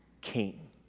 king